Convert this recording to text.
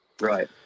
Right